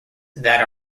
that